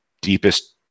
deepest